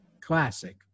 Classic